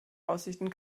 aussichten